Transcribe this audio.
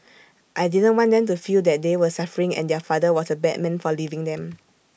I didn't want them to feel that they were suffering and their father was A bad man for leaving them